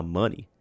money